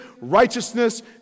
righteousness